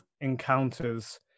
encounters